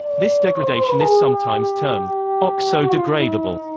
this degradation is sometimes termed oxo-degradable,